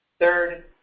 Third